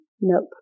Nope